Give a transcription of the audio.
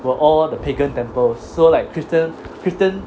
we're all the pagan temple so like christian christian